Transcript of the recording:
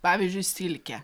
pavyzdžiui silkę